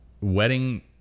wedding